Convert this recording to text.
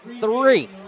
three